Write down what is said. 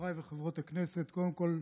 חברי וחברות הכנסת, קודם כול,